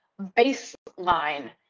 baseline